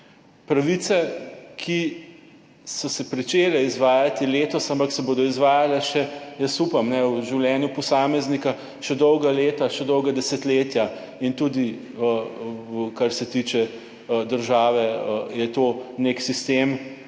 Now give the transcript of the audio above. Pravice, ki so se pričele izvajati letos, ampak se bodo izvajale še, jaz upam, ne, v življenju posameznika še dolga leta, še dolga desetletja in tudi, kar se tiče države, je to nek sistem,